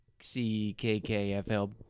CKKFL